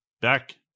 Back